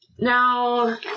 Now